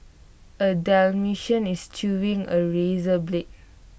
A Dalmatian is chewing A razor blade